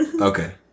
Okay